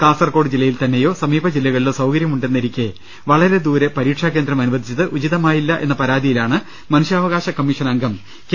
കാസർകോട് ജില്ലയിൽ തന്നെയോ സമീപ ജില്ലക ളിലോ സൌകര്യമുണ്ടെന്നിരിക്കെ വളരെ ദൂരെ പരീക്ഷാകേന്ദ്രം അനുവദിച്ചത് ഉചിതമായില്ല എന്ന പരാതിയിലാണ് മനുഷ്യാവകാശ കമ്മീഷൻ അംഗം കെ